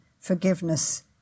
forgiveness